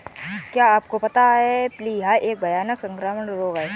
क्या आपको पता है प्लीहा एक भयानक संक्रामक रोग है?